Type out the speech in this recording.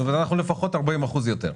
כלומר, אנחנו לפחות 40% יותר.